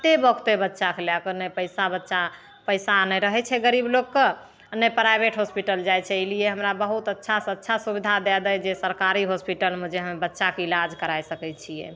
कतेक बौखतै बच्चाके लैके नहि पैसा बच्चा पैसा नहि रहैत छै गरीब लोगके आ नहि प्राइभेट होस्पिटल जाइत छै एहि लिए हमरा बहुत अच्छा से अच्छा सुबिधा दय दै जे सरकारी होस्पिटलमे बच्चाके इलाज कराए सकैत छियै